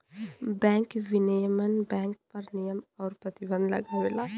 bank विनियमन bank पर नियम आउर प्रतिबंध लगावला